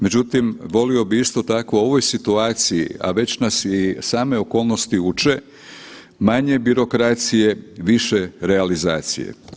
Međutim, volio bih isto tako u ovoj situaciji, a već nas i same okolnosti uče, manje birokracije, više realizacije.